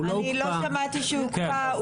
אני לא שמעתי שזה הוקפא.